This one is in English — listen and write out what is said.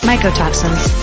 Mycotoxins